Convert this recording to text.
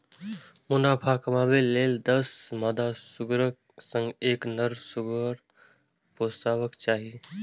मुनाफा कमाबै लेल दस मादा सुअरक संग एकटा नर सुअर पोसबाक चाही